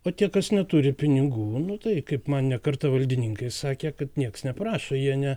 o tie kas neturi pinigų nu tai kaip man ne kartą valdininkai sakė kad nieks neprašo jie ne